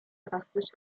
drastisch